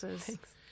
Thanks